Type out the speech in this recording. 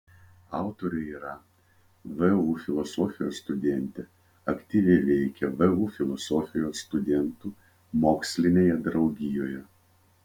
autorė yra vu filosofijos studentė aktyviai veikia vu filosofijos studentų mokslinėje draugijoje